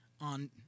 on